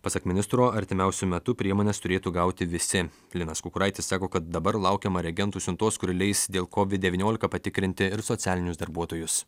pasak ministro artimiausiu metu priemones turėtų gauti visi linas kukuraitis sako kad dabar laukiama reagentų siuntos kuri leis dėl kovid devyniolika patikrinti ir socialinius darbuotojus